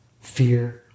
fear